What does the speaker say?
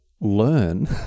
learn